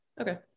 Okay